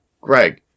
Greg